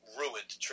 ruined